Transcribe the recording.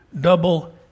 double